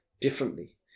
differently